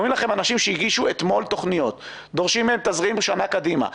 אומרים לכם אנשים שהגישו אתמול תכניות שדורשים מהם תזרים לשנה קדימה.